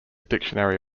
dictionary